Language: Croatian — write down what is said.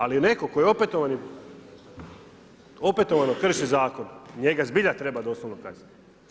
Ali, netko tko je opetovano krši zakon, njega zbilja treba doslovno kazniti.